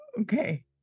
Okay